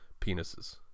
penises